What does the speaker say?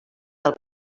del